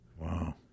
Wow